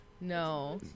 No